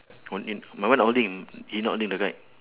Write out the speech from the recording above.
holding my one holding he not holding the kite